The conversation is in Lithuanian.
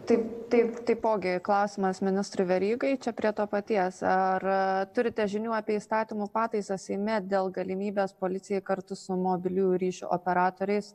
taip taip taipogi klausimas ministrui verygai čia prie to paties ar turite žinių apie įstatymų pataisas seime dėl galimybės policijai kartu su mobiliųjų ryšio operatoriais